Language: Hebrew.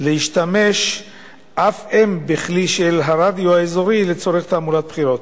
להשתמש אף הם בכלי של הרדיו האזורי לצורך תעמולת בחירות.